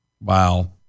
Wow